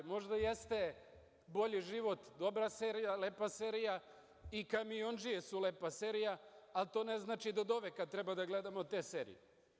Možda jeste „Bolji život“ dobra serija, lepa serija, i „Kamiondžije“ su lepa serija, ali to ne znači da doveka treba da gledamo te serije.